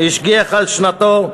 השגיח על שנתו,